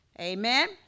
Amen